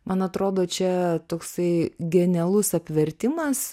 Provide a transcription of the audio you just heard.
man atrodo čia toksai genialus apvertimas